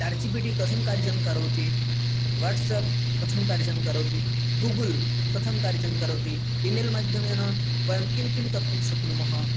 Char G P T कथं कार्यं करोति वाट्सेप् कथं कार्यं करोति गूगल् कथं कार्यं करोति ई मेल् माध्यमेन वयं किं किं कर्तुं शक्नुमः